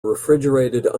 refrigerated